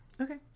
Okay